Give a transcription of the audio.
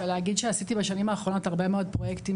ולהגיד שעשיתי בשנים האחרונות הרבה מאוד פרויקטים